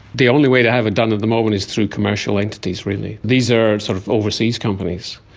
the only way to have it done at the moment is through commercial entities really. these are sort of overseas companies.